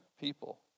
people